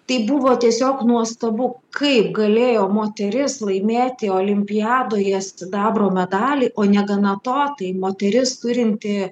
tai buvo tiesiog nuostabu kaip galėjo moteris laimėti olimpiadoje sidabro medalį o negana to tai moteris turinti